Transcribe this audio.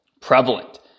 prevalent